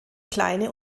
kleine